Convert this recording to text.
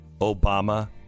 Obama